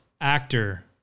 actor